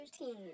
routine